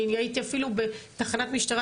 אני הייתי אפילו בתחנת משטרה,